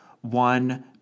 one